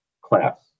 class